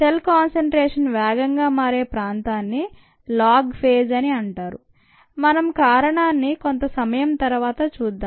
cell concentration వేగంగా మారే ప్రాంతాన్ని లాగ్ ఫేజ్ అని అంటారు మనం కారణాన్ని కొంత సమయం తరువాత చూద్దాం